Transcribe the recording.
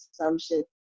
assumption